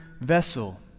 vessel